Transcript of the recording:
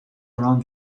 around